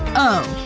oh.